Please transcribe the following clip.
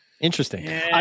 Interesting